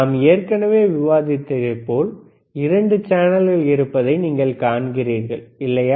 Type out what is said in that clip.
நாம் ஏற்கனவே விவாதித்ததை போல 2 சேனல்கள் இருப்பதை இப்போது நீங்கள் காண்கிறீர்கள் இல்லையா